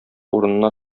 урынына